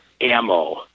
ammo